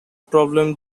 problem